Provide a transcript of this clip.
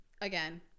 Again